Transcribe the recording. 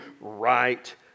right